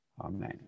Amen